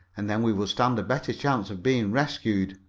and then we would stand a better chance of being rescued.